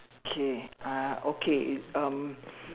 okay uh okay um